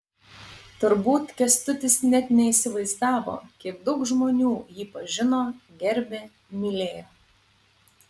turbūt kęstutis net neįsivaizdavo kiek daug žmonių jį pažino gerbė mylėjo